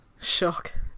shock